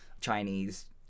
Chinese